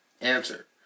answer